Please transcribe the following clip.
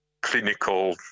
clinical